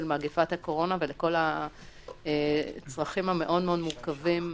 מגפת הקורונה ולכל הצרכים המאוד מאוד מורכבים